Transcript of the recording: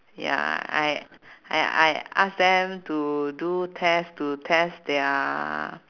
ya I I I ask them to do test to test their